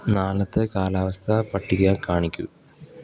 നാളെത്തെ കാലാവസ്ഥാ പട്ടിക കാണിക്കൂ